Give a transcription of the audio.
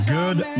good